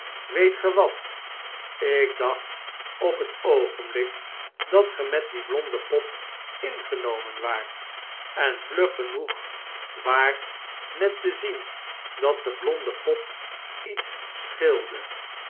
weet ge wat ik dacht op het oogenblik dat ge met die blonde pop ingenomen waart en vlug genoeg waart met te zien dat de blonde pop iets scheelde